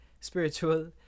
spiritual